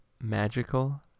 magical